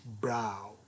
brow